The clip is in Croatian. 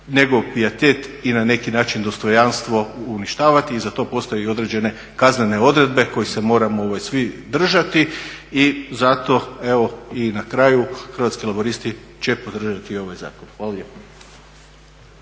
njegov pijetet i na neki način dostojanstvo uništavati. I za to postoji i određene kaznene odredbe kojih se moram svi držati i zato evo i na kraju Hrvatski laburisti će podržati i ovaj zakon. Hvala lijepo.